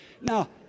Now